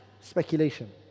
speculation